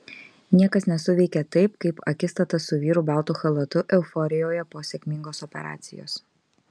niekas nesuveikė taip kaip akistata su vyru baltu chalatu euforijoje po sėkmingos operacijos